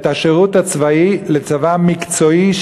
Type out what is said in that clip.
את השירות הצבאי לצבא מקצועי,